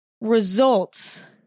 results